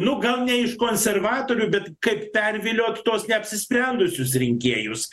nu gal ne iš konservatorių bet kaip perviliot tuos neapsisprendusius rinkėjus